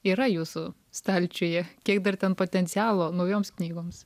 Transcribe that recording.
yra jūsų stalčiuje kiek dar ten potencialo naujoms knygoms